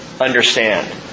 understand